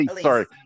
Sorry